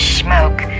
smoke